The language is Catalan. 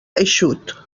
eixut